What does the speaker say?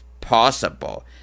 possible